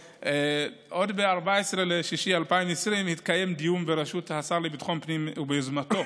עוד ב-14 ביוני 2020 התקיים דיון בראשות השר לביטחון פנים וביוזמתו,